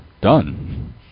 done